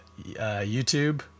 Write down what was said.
YouTube